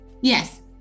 Yes